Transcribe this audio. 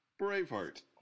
Braveheart